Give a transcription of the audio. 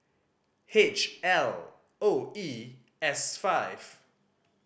H L O E S five